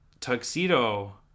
tuxedo